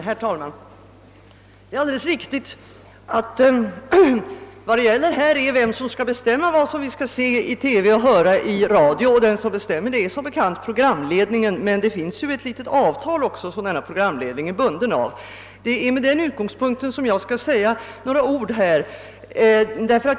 Herr talman! Det är alldeles riktigt att vad det gäller här är vem som skall bestämma vad vi skall se i TV och höra i radio, och det är som bekant programledningen. Men det finns ju ett litet avtal också som denna programledning är bunden av. Det är med den utgångspunkten jag skall säga några ord.